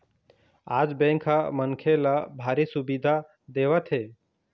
आज बेंक ह मनखे ल भारी सुबिधा देवत हे